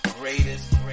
greatest